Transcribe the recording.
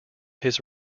his